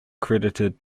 credited